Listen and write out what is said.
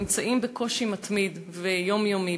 נמצאים בקושי מתמיד ויומיומי.